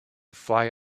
fly